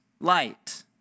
light